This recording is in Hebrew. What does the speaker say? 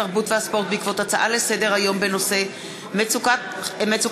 התרבות והספורט בעקבות דיון בהצעות לסדר-היום